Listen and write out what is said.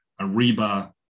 Ariba